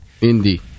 Indy